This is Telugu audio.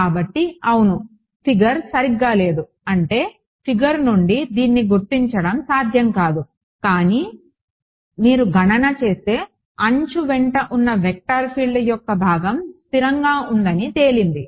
కాబట్టి అవును ఫిగర్ సరిగా లేదు అంటే ఫిగర్ నుండి దీన్ని గుర్తించడం సాధ్యం కాదు కానీ మీరు గణన చేస్తే అంచు వెంట ఉన్న వెక్టర్ ఫీల్డ్ యొక్క భాగం స్థిరంగా ఉందని తేలింది